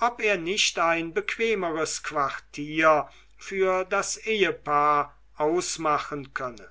ob er nicht ein bequemeres quartier für das ehepaar ausmachen könne